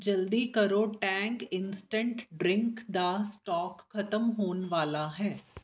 ਜਲਦੀ ਕਰੋ Tang instant drink ਦਾ ਸਟਾਕ ਖਤਮ ਹੋਣ ਵਾਲਾ ਹੈ